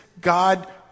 God